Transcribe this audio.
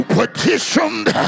petitioned